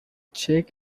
check